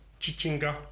chichinga